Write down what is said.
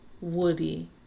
Woody